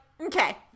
okay